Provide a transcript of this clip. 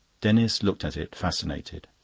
denis looked at it, fascinated.